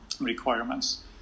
requirements